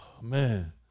man